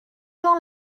jean